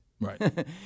Right